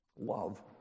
love